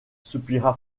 soupira